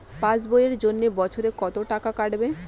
Pass বইয়ের জন্য বছরে কত টাকা কাটবে?